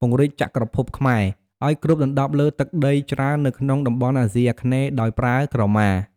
ពង្រីកចក្រភពខ្មែរ ឲ្យគ្របដណ្តប់លើទឹកដីច្រើននៅក្នុងតំបន់អាស៊ីអាគ្នេយ៍ដោយប្រើក្រមា។